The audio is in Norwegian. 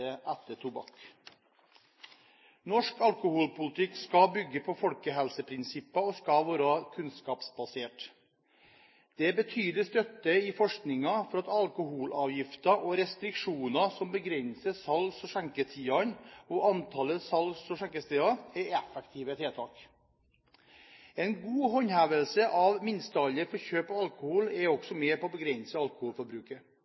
etter tobakk. Norsk alkoholpolitikk skal bygge på folkehelseprinsipper og skal være kunnskapsbasert. Det er betydelig støtte i forskningen for at alkoholavgifter og restriksjoner som begrenser salgs- og skjenketidene og antallet salgs- og skjenkesteder, er effektive tiltak. En god håndhevelse av minstealder for kjøp av alkohol er